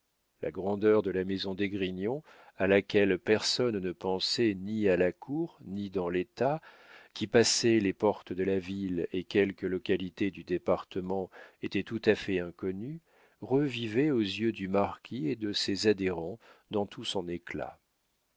la grandeur de la maison d'esgrignon à laquelle personne ne pensait ni à la cour ni dans l'état qui passé les portes de la ville et quelques localités du département était tout à fait inconnue revivait aux yeux du marquis et de ses adhérents dans tout son éclat